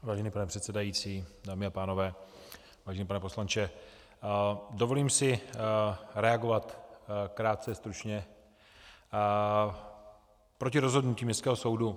Vážený pane předsedající, dámy a pánové, vážený pane poslanče, dovolím si reagovat krátce, stručně, proti rozhodnutí Městského soudu.